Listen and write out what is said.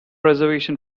reservation